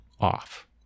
off